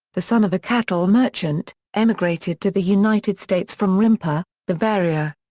the son of a cattle merchant, emigrated to the united states from rimpar, bavaria.